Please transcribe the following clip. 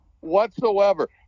whatsoever